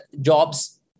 jobs